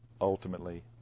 ultimately